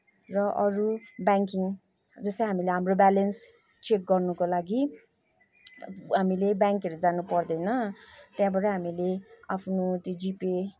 र अरू ब्याङ्किङ जस्तै हामीले हाम्रो ब्यालेन्स चेक गर्नुको लागि हामीले ब्याङ्कहरू जानु पर्दैन त्यहाँबाटै हामीले आफ्नो त्यो जिपे